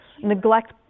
neglect